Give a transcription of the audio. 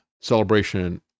celebration